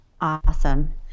awesome